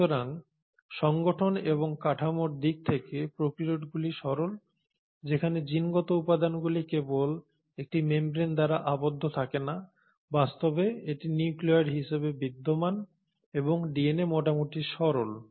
সুতরাং সংগঠন এবং কাঠামোর দিক থেকে প্রোক্যারিওটগুলি সরল যেখানে জিনগত উপাদানগুলি কেবল একটি মেমব্রেন দ্বারা আবদ্ধ থাকে না বাস্তবে এটি নিউক্লিওয়েড হিসাবে বিদ্যমান এবং ডিএনএ মোটামুটি সরল